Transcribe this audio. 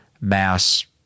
mass